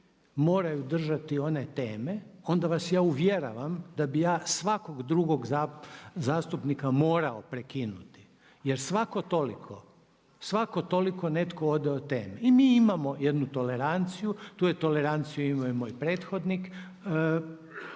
moraju držati one teme onda vas ja uvjeravam da bih ja svakog drugog zastupnika morao prekinuti, jer svatko toliko, svatko toliko netko ode od teme i mi imamo jednu toleranciju, tu je toleranciju imao i moj prethodnik